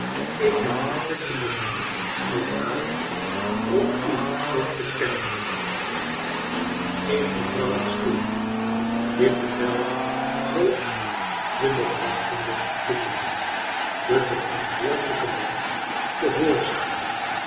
ik heb niet het genoegen uw naam of uw persoon te kenneln mevrouw geef mevrouw een stoel dit bevel gold den nog wachtenden bediende de verantwoordelijke man gehoorzaamde